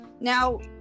Now